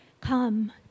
Come